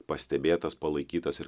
pastebėtas palaikytas ir